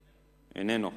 איננו.